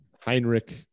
Heinrich